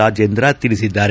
ರಾಜೇಂದ್ರ ತಿಳಿಸಿದ್ದಾರೆ